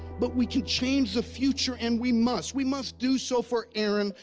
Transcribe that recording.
but we can change the future and we must. we must do so for aaron.